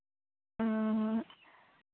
ᱦᱮᱸ